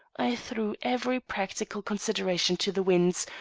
i threw every practical consideration to the winds,